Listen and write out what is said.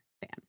fan